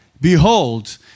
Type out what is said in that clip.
Behold